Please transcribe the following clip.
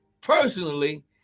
personally